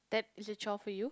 that is a chore for you